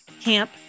Camp